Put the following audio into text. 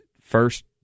First